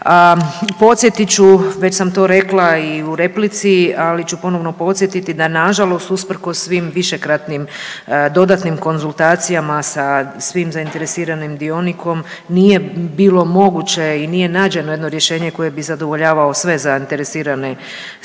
Podsjetit ću, već sam to rekla i u replici ali ću ponovno podsjetiti da na žalost usprkos svim višekratnim dodatnim konzultacijama sa svim zainteresiranim dionikom nije bilo moguće i nije nađeno jedno rješenje koje bi zadovoljavalo sve zainteresirane strane.